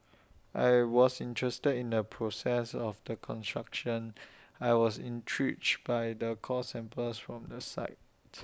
I was interested in the process of the construction I was intrigued by the core samples from the site